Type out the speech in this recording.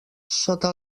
sota